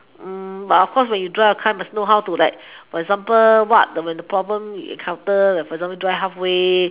mm but of course when you drive a car you must know how to like for example what when the problem you encounter for example like drive halfway